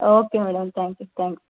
okay madam thank you thanks